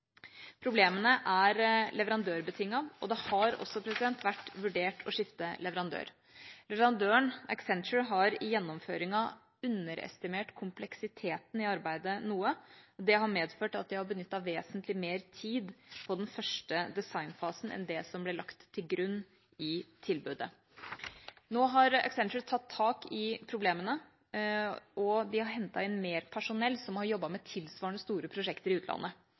Problemene er leverandørbetinget, og det har også vært vurdert å skifte leverandør. Leverandøren, Accenture, har i gjennomføringen underestimert kompleksiteten i arbeidet noe. Det har medført at de har benyttet vesentlig mer tid på den første designfasen enn det ble som lagt til grunn i tilbudet. Nå har Accenture tatt tak i problemene, og de har hentet inn mer personell som har jobbet med tilsvarende store prosjekter i utlandet.